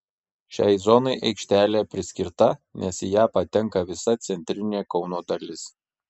šiai zonai aikštelė priskirta nes į ją patenka visa centrinė kauno dalis